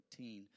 14